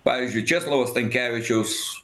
pavyzdžiui česlovo stankevičiaus